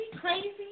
crazy